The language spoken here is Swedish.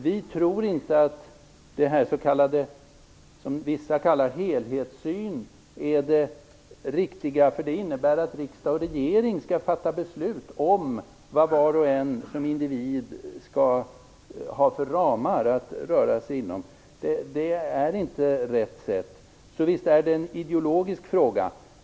Vi tror inte att det som vissa kallar "helhetssyn" är det riktiga, för det innebär att riksdag och regering skall fatta beslut om vad var och en som individ skall ha för ramar att röra sig inom. Det är inte rätt sätt. Visst är det en ideologisk fråga!